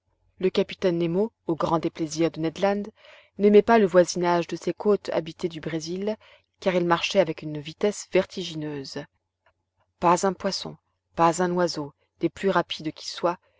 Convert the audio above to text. le capitaine nemo au grand déplaisir de ned land n'aimait pas le voisinage de ces côtes habitées du brésil car il marchait avec une vitesse vertigineuse pas un poisson pas un oiseau des plus rapides qui soient